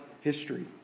history